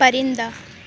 پرندہ